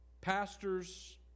Pastors